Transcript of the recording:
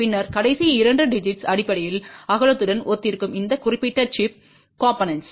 பின்னர் கடைசி இரண்டு டிஜிட்ஸ் அடிப்படையில் அகலத்துடன் ஒத்திருக்கும் இந்த குறிப்பிட்ட சிப் காம்போனென்ட்